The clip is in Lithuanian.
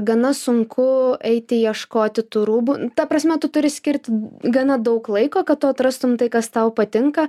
gana sunku eiti ieškoti tų rūbų ta prasme tu turi skirti gana daug laiko kad tu atrastum tai kas tau patinka